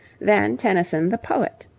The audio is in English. than tennyson the poet.